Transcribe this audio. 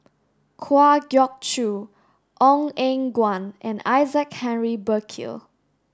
Kwa Geok Choo Ong Eng Guan and Isaac Henry Burkill